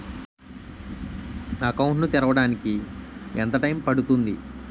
Account ను తెరవడానికి ఎంత టైమ్ పడుతుంది?